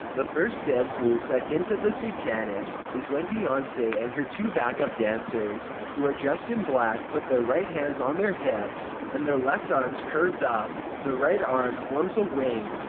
the first dance move that hints at the satanic is when beyonce and her two backup dancers, who are dressed in black, put their right hands on their hips and their left arms curved up. the right arm forms a wing,